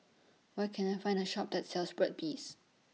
Where Can I Find A Shop that sells Burt's Bees